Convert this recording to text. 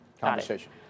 conversation